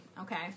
okay